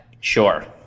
Sure